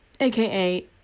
aka